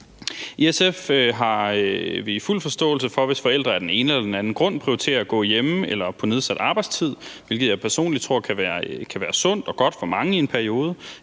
I SF har vi fuld forståelse for det, hvis forældre af den ene eller anden grund prioriterer at gå hjemme eller vil være på nedsat arbejdstid, hvilket jeg personligt tror kan være sundt eller godt for mange i en periode,